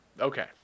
Okay